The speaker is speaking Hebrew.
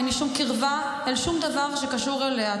אין לי שום קרבה אל שום דבר שקשור אליה.